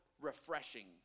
Refreshing